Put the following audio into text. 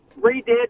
redid